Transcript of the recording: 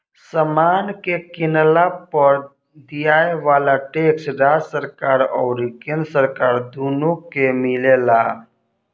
समान के किनला पर दियाये वाला टैक्स राज्य सरकार अउरी केंद्र सरकार दुनो के मिलेला